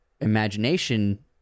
imagination